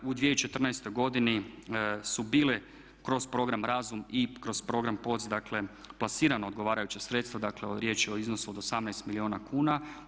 U 2014. godini su bile kroz program RAZUM i kroz program POC, dakle plasirana odgovarajuća sredstva, dakle riječ je o iznosu od 18 milijuna kuna.